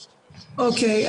אוקיי,